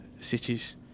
cities